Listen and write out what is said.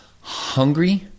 hungry